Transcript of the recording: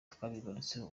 twabigarutseho